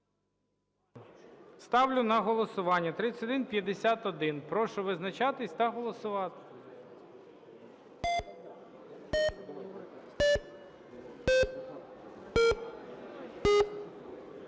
Ставлю на голосування 3151. Прошу визначатись та голосувати.